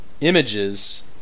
images